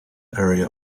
area